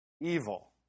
evil